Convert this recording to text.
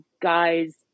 guys